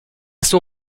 son